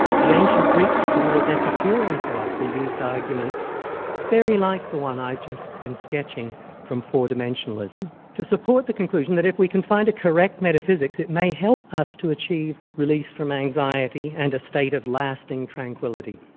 the ancient greek school of epicurean philosophy used arguments very like the one i've just been sketching from four-dimensionalism, to support the conclusion that if we can find a correct metaphysics, it may help us to achieve release from anxiety and a state of lasting tranquility.